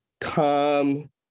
come